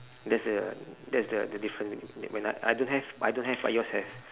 that's the that's the the difference when I I don't have I don't have what yours have